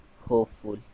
hopeful